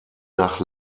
nach